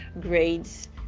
grades